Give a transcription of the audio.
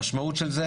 המשמעות של זה